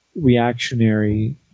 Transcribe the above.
reactionary